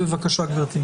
בבקשה, גברתי.